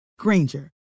Granger